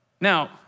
Now